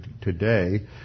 today